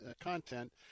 content